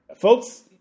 folks